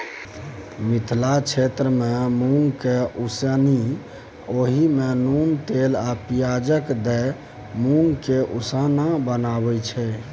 मिथिला क्षेत्रमे मुँगकेँ उसनि ओहि मे नोन तेल आ पियाज दए मुँगक उसना बनाबै छै